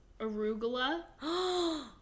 arugula